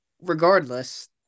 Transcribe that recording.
Regardless